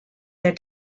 their